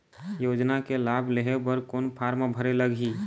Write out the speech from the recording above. योजना के लाभ लेहे बर कोन फार्म भरे लगही?